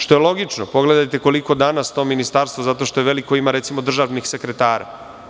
Što je logično, pogledajte koliko danas to ministarstvo zato što je veliko ima, recimo, državnih sekretara.